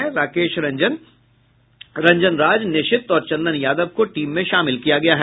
रिशव राकेश रंजन राज निशित और चंदन यादव को टीम में शामिल किया गया है